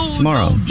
Tomorrow